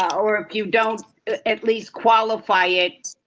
or if you don't at least qualify it,